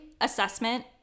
assessment